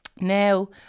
Now